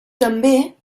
també